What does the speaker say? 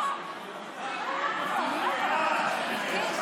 עד שנסדיר